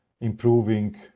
improving